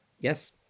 Yes